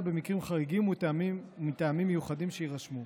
במקרים חריגים ומטעמים מיוחדים שיירשמו.